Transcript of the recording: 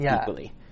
equally